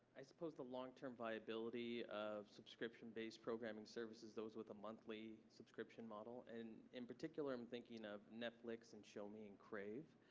i suppose, the long term viability of subscription based programming services, those with a monthly subscription model, and in particular i'm thinking of netflix and shomi and crave.